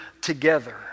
together